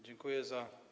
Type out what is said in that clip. Dziękuję za.